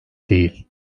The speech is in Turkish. değil